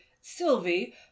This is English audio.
sylvie